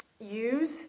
use